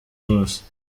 wose